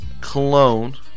cologne